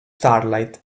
starlight